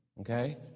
okay